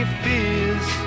fears